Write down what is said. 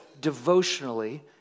devotionally